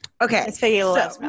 Okay